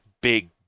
big